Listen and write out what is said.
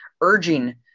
urging